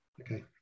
Okay